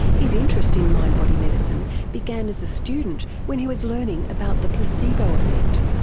his interest in mind body medicine began as a student when he was learning about the placebo effect.